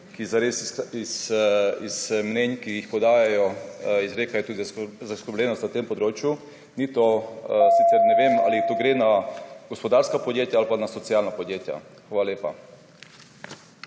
ki zares iz mnenj, ki jih podajajo, izrekajo tudi zaskrbljenost na tem področju. Sicer ne vem, ali gre to na gospodarska podjetja ali na socialna podjetja. Hvala lepa.